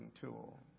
tool